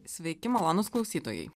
sveiki malonūs klausytojai